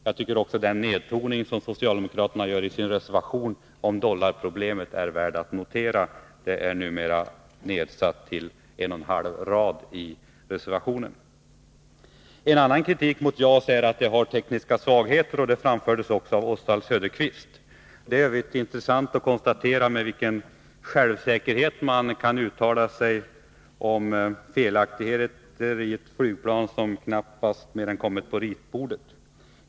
Jag tycker också att den nedtoning som socialdemokraterna gör i sin reservation om dollarproblemet är värd att notera. Detta är numera nedsatt till en och en halv rad i reservationen. En annan kritik mot JAS är att det har tekniska svagheter. Det framfördes också av Oswald Söderqvist. Det är i övrigt intressant att konstatera med vilken självsäkerhet man kan uttala sig om felaktigheter i ett flygplan som knappt kommit längre än till ritbordet.